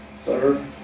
Sir